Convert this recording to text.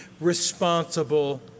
responsible